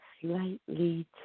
slightly